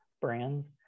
brands